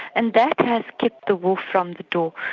and that has kept the wolf from the door.